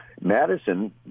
Madison